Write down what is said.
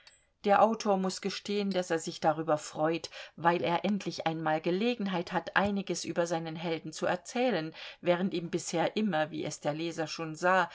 der autor muß gestehen daß er sich darüber freut weil er endlich einmal gelegenheit hat einiges über seinen helden zu erzählen während ihm bisher immer wie es der leser schon sah